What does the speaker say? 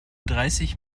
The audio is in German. dreißig